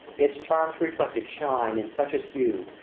its charms reflected shine in such as you,